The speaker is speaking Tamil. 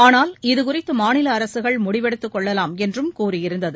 ஆனால் இதுகுறித்து மாநில அரசுகள் முடிவு எடுத்துக் கொள்ளலாம் என்றும் கூறியிருந்தது